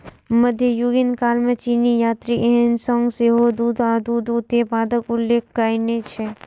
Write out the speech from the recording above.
मध्ययुगीन काल मे चीनी यात्री ह्वेन सांग सेहो दूध आ दूध उत्पादक उल्लेख कयने छै